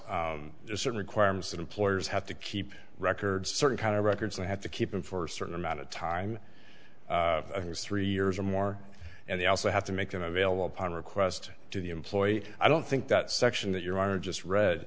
certain requirements that employers have to keep records a certain kind of records they have to keep them for a certain amount of time three years or more and they also have to make them available upon request to the employee i don't think that section that your ira just read